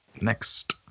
next